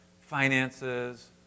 finances